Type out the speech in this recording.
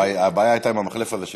הבעיה הייתה עם המחלף הזה של